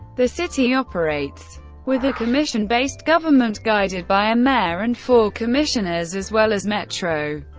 the city operates with a commission-based government guided by a mayor and four commissioners as well as metro,